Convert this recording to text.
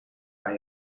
aan